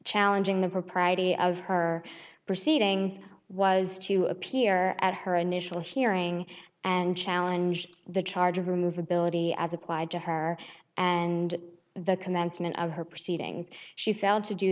challenging the propriety of her proceedings was to appear at her initial hearing and challenge the charge of her movability as applied to her and the commencement of her proceedings she failed to do